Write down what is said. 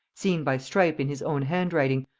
seen by strype in his own handwriting,